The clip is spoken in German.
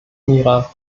mira